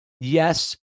yes